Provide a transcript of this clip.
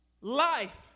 life